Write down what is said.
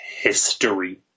history